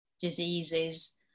diseases